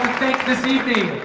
thank this evening.